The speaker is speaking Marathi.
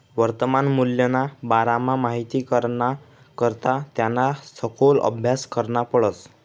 वर्तमान मूल्यना बारामा माहित कराना करता त्याना सखोल आभ्यास करना पडस